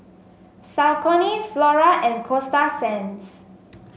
Saucony Flora and Coasta Sands